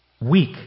Weak